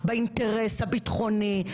באינטרס הביטחוני,